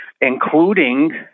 including